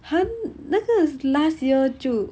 !huh! 那个 last year 就